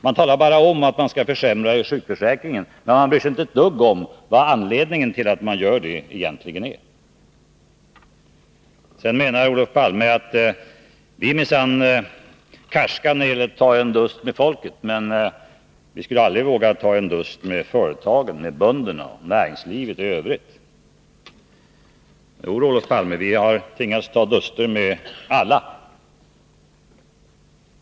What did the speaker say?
Man talar bara om att regeringen skall försämra i sjukförsäkringen, men man bryr sig inte ett dugg om vad anledningen till att man gör det egentligen är. Vidare säger Olof Palme att vi minsann är karska när det gäller att ta en dust med folket, men att vi aldrig skulle våga att ta en dust med företagen och bönderna. Jodå, Olof Palme, vi har tvingats att ta duster med alla.